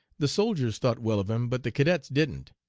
the soldiers thought well of him, but the cadets didn't.